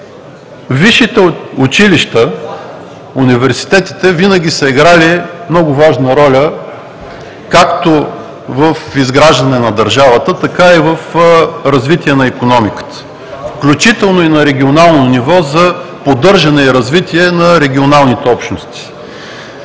Висшите училища, университетите винаги са играли много важна роля както в изграждане на държавата, така и в развитие на икономиката, включително и на регионално ниво за поддържане и развитие на регионалните общности.